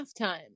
halftime